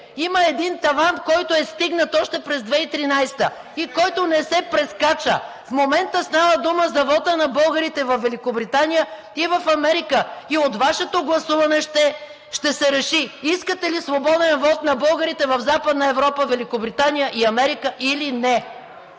има един таван, който е стигнат още през 2013 г. и който не се прескача. В момента става дума за вота на българите във Великобритания и в Америка и от Вашето гласуване ще се реши – искате ли свободен вот на българите в Западна Европа, Великобритания и Америка, или не?